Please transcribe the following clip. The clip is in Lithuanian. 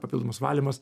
papildomas valymas